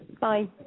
Bye